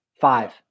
Five